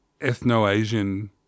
ethno-Asian